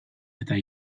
eta